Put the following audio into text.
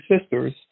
sisters